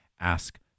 Ask